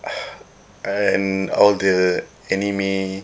and all the anime